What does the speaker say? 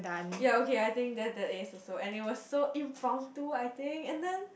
ya okay I think that that is also and it was so impromptu I think and then